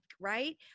right